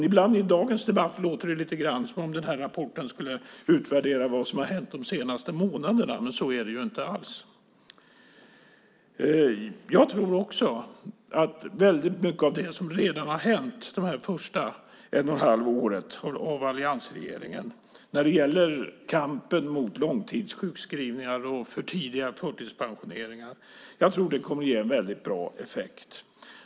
I dagens debatt låter det ibland lite grann som om rapporten skulle utvärdera vad som har hänt under de senaste månaderna, men så är det inte alls. Jag tror att mycket av det som redan har hänt under den här första tiden med alliansregeringen - ett och ett halvt år - när det gäller kampen mot långtidssjukskrivningar och för tidiga förtidspensioneringar kommer att ge en bra effekt.